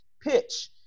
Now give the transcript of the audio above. pitch